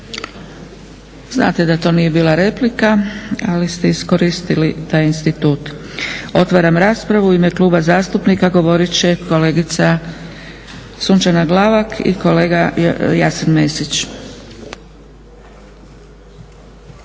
Znate da to nije bila replika ali ste iskoristili taj institut. Otvaram raspravu. U ime Kluba zastupnika HDZ-a govorit će Sunčana Glavak i kolega Jasen Mesić.